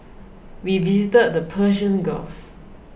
we visited the Persian Gulf